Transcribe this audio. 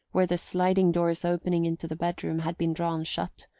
where the sliding doors opening into the bedroom had been drawn shut,